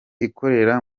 ikorera